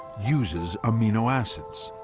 uses amino acids.